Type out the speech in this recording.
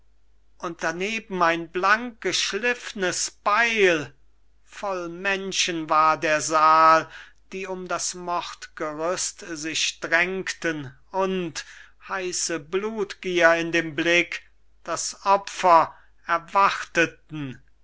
und daneben ein blankgeschliffnes beil voll menschen war der saal die um das mordgerüst sich drängten und heiße blutgier in dem blick das opfer erwarteten